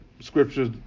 scriptures